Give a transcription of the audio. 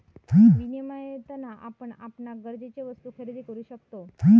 विनियमातना आपण आपणाक गरजेचे वस्तु खरेदी करु शकतव